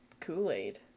Kool-Aid